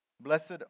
Blessed